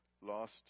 lost